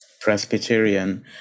Presbyterian